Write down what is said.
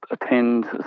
attend